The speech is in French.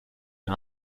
ben